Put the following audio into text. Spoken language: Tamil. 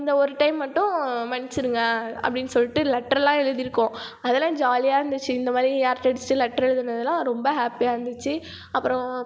இந்த ஒரு டைம் மட்டும் மன்னிச்சுடுங்க அப்படின்னு சொல்லிட்டு லெட்டரெல்லாம் எழுதியிருக்கோம் அதெல்லாம் ஜாலியாக இருந்துச்சு இந்த மாதிரி அரட்டை அடித்து லெட்டர் எழுதினதெல்லாம் ரொம்ப ஹேப்பியாக இருந்துச்சு அப்புறம்